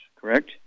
correct